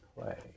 play